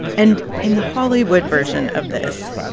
and in the hollywood version of this,